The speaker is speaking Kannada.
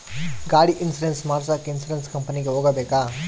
ಗಾಡಿ ಇನ್ಸುರೆನ್ಸ್ ಮಾಡಸಾಕ ಇನ್ಸುರೆನ್ಸ್ ಕಂಪನಿಗೆ ಹೋಗಬೇಕಾ?